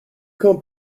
come